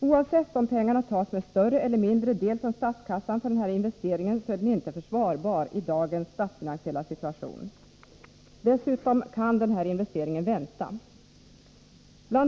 Oavsett om pengarna tas med större eller mindre del från statskassan för den här investeringen är den inte försvarbar i dagens statsfinansiella situation. Dessutom kan den här investeringen vänta. Bl.